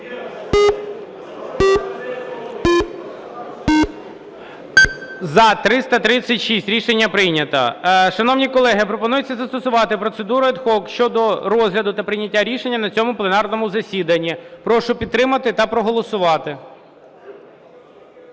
За-336 Рішення прийнято. Шановні колеги, пропонується застосувати процедуру ad hoc щодо розгляду та прийняття рішення на цьому пленарному засіданні. Прошу підтримати та проголосувати.